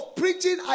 preaching